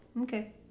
Okay